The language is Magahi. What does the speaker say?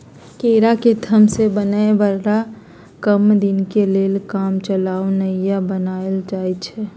केरा के थम से बनल बेरा कम दीनके लेल कामचलाउ नइया बनाएल जाइछइ